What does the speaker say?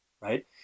right